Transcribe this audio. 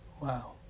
Wow